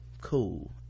cool